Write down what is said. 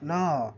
ନଅ